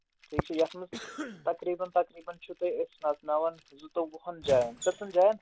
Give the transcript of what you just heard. ٹھیٖک چھُ یَتھ منٛز تقریٖباً تقریٖباً چھُو تۄہہِ أسۍ نَژناوَن زٕتووُہن جاین کٔژَن جاین